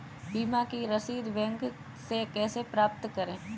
बीमा की रसीद बैंक से कैसे प्राप्त करें?